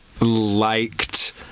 liked